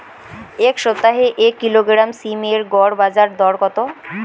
এই সপ্তাহে এক কিলোগ্রাম সীম এর গড় বাজার দর কত?